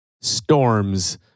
Storms